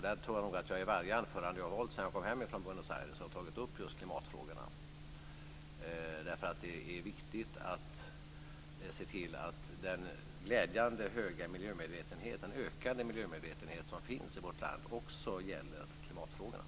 Jag tror att jag i varje anförande jag har hållit sedan jag kom hem från Buenos Aires har tagit upp just klimatfrågorna. Det är viktigt att se till att den glädjande stora och ökande miljömedvetenhet som finns i vårt land också gäller klimatfrågorna.